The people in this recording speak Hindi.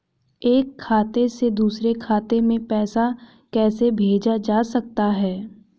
एक खाते से दूसरे खाते में पैसा कैसे भेजा जा सकता है?